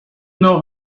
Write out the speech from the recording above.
know